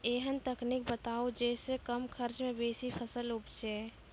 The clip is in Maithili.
ऐहन तकनीक बताऊ जै सऽ कम खर्च मे बेसी फसल उपजे?